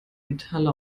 metalle